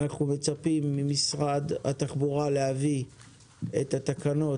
אנחנו מצפים ממשרד התחבורה להביא את התקנות